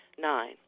Nine